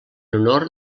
honor